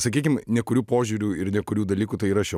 sakykim nekurių požiūrių ir nekurių dalykų tai ir aš jo